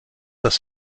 dass